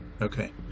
Okay